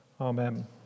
Amen